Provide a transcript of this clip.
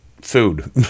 food